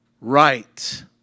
right